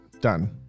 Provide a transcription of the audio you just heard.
Done